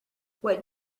what